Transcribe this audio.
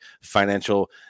financial